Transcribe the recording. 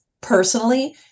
personally